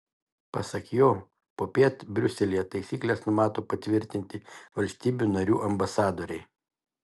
pasak jo popiet briuselyje taisykles numato patvirtinti valstybių narių ambasadoriai